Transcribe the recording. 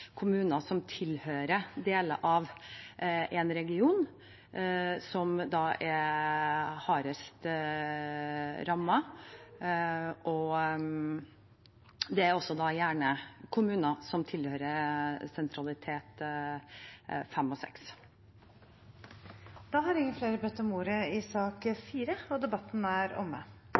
kommuner som tilhører deler av en region, som er hardest rammet. Det er også gjerne kommuner som tilhører sentralitet fem og seks. Flere har ikke bedt om ordet til sak nr. 4. Etter ønske fra kommunal- og forvaltningskomiteen vil presidenten ordne debatten